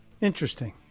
interesting